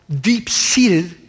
deep-seated